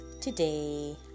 Today